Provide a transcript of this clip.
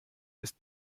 ist